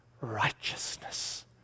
righteousness